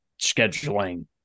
scheduling